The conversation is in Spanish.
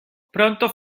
pronto